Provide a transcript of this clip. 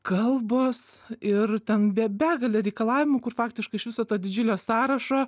kalbos ir ten be begalė reikalavimų kur faktiškai iš viso to didžiulio sąrašo